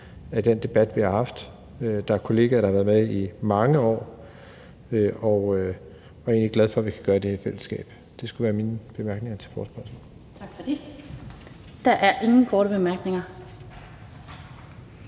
af den debat, vi har haft. Der er kollegaer, der har været med i mange år, og jeg er egentlig glad for, at vi kan gøre det i fællesskab. Det skulle være mine bemærkninger til forespørgslen. Kl. 16:01 Den fg. formand